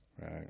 right